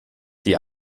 die